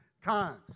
times